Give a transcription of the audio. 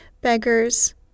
beggars